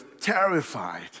terrified